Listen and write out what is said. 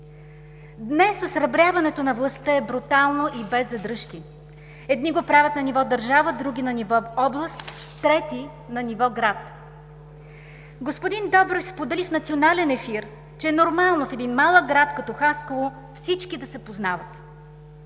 Днес осребряването на властта е брутално и без задръжки. Едни го правят на ниво държава, други на ниво област, трети на ниво град. Господин Добрев сподели в национален ефир, че е нормално в един малък град като Хасково всички да се познават.